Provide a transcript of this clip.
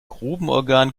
grubenorgan